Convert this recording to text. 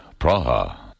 Praha